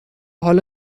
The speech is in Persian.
حالا